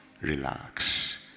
Relax